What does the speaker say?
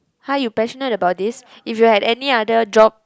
!huh! you passionate about this if you had any other job